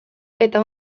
eta